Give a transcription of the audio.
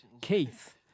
Keith